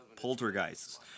Poltergeists